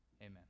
Amen